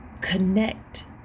connect